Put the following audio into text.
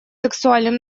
сексуальным